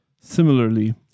Similarly